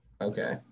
okay